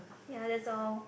ya that's all